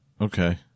Okay